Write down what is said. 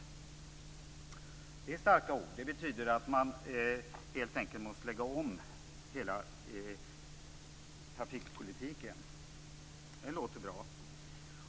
Det är starka ord. Det betyder att man helt enkelt måste lägga om hela trafikpolitiken. Det låter bra.